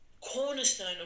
cornerstone